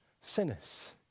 sinners